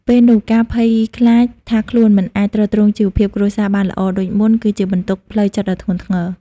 ពេលនោះការភ័យខ្លាចថាខ្លួនមិនអាចទ្រទ្រង់ជីវភាពគ្រួសារបានល្អដូចមុន គឺជាបន្ទុកផ្លូវចិត្តដ៏ធ្ងន់ធ្ងរ។